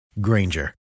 Granger